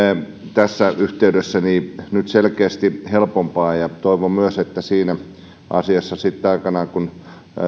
tässä yhteydessä nyt selkeästi helpompaa ja toivon myös että siinä asiassa sitten aikanaan kun